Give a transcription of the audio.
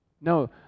No